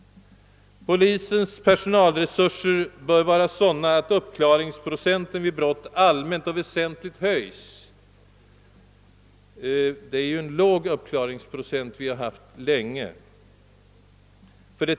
2) Polisens personalresurser bör vara sådana, att uppklaringsprocenten vid brott höjs väsentligt. Vi har som bekant länge haft en låg uppklaringsprocent.